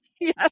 Yes